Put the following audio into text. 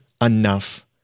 enough